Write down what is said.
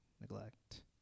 neglect